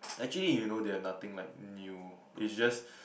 actually you know they have nothing like new it's just